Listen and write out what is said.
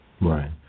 Right